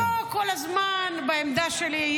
אני פה כל הזמן, בעמדה שלי.